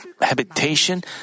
habitation